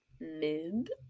mid